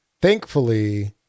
thankfully